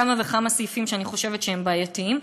כמה וכמה סעיפים שאני חושבת שהם בעייתיים,